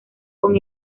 con